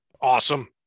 Awesome